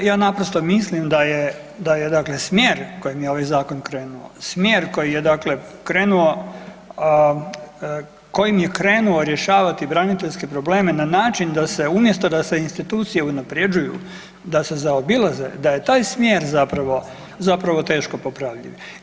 Dakle, ja naprosto mislim da je dakle smjer kojim je ovaj zakon krenuo, smjer koji je dakle krenuo, kojim je krenuo rješavati braniteljske probleme na način da se umjesto da se institucije unaprjeđuju, da se zaobilaze, da je taj smjer zapravo teško popraviti.